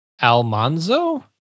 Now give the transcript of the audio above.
Almanzo